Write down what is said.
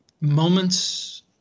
moments